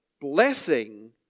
blessing